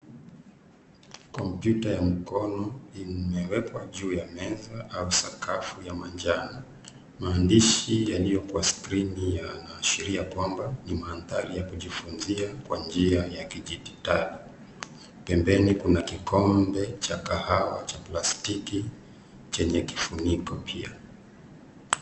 Kompyuta ya mkono imewekwa juu ya meza au sakafu ya manjano. Maandishi yaliyo kwa skrini, yanaashiria kwamba ni mandhari ya kujifunzia, kwa njia ya kidijitali. Pembeni kuna kikombe cha kahawa, cha plastiki chenye kifuniko pia.